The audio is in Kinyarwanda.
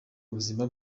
buzima